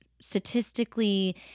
statistically